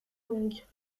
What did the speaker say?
longues